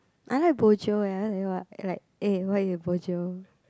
I like bojio eh like what like eh why you bojio